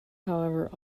however